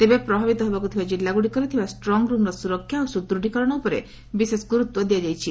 ତେବେ ପ୍ରଭାବିତ ହେବାକୁ ଥିବା ଜିଲ୍ଲଗୁଡ଼ିକରେ ଥିବା ଷ୍ଟ୍ଗ୍ରୁମ୍ର ସୁରକ୍ଷା ଓ ସୁଦୃତ୍ତୀକରଣ ଉପରେ ବିଶେଷ ଗୁରୁତ୍ୱ ଦିଆଯାଇଛି